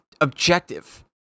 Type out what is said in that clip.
objective